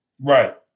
Right